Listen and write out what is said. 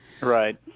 Right